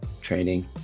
training